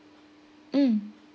mm